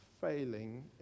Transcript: failing